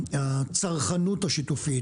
הצרכנות השיתופית,